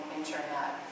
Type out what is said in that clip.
internet